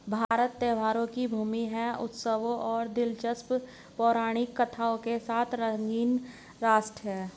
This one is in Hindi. भारत त्योहारों की भूमि है, उत्सवों और दिलचस्प पौराणिक कथाओं के साथ रंगीन राष्ट्र है